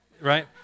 right